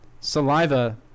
Saliva